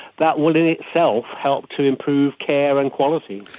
that will in itself help to improve care and quality.